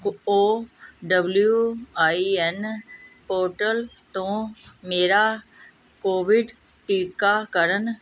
O W I N portal ਤੋਂ ਮੇਰਾ covid ਟੀਕਾਕਰਨ